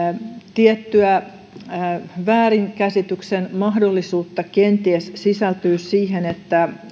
tiettyä väärinkäsityksen mahdollisuutta kenties sisältyy siihen että